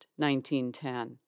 1910